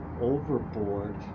overboard